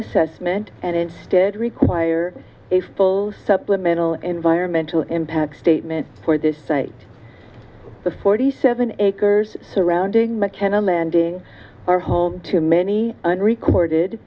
assessment and instead require a full supplemental environmental impact statement for this site the forty seven acres surrounding mackenna landing are home to many unrecorded